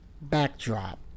backdrop